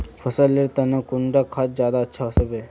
फसल लेर तने कुंडा खाद ज्यादा अच्छा सोबे?